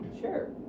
Sure